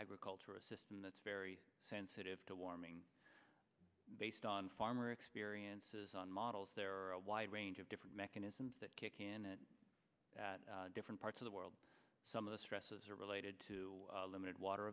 agriculture a system that's very sensitive to warming based on farmer experiences on models there are a wide range of different mechanisms that can different parts of the world some of the stresses are related to limited water